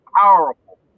Powerful